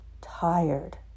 tired